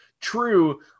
true